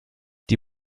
die